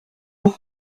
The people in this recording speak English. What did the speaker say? were